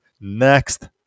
next